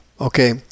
okay